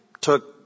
took